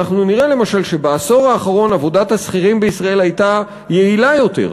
נראה למשל שבעשור האחרון עבודת השכירים בישראל הייתה יעילה יותר,